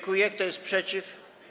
Kto jest przeciw?